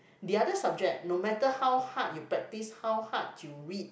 the other subject no matter how hard you practice how hard you read